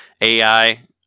AI